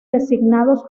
designados